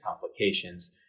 complications